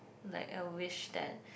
like a wish that